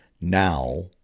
Now